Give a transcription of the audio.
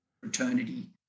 fraternity